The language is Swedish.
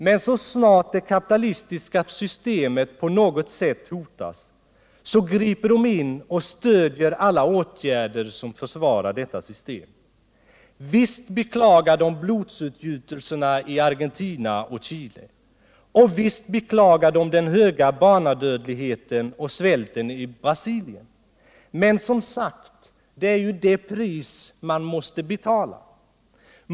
Men så snart det kapitalistiska systemet på något sätt hotas griper de in och stöder alla åtgärder som försvarar detta system. Visst beklagar de blodsutgjutelserna i Argentina och Chile, visst beklagar de den höga barnadödligheten och svälten i Brasilien — men, som sagt, det är ju det pris man måste betala!